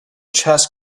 chess